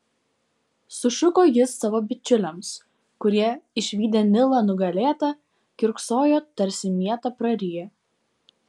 sušuko jis savo bičiuliams kurie išvydę nilą nugalėtą kiurksojo tarsi mietą prariję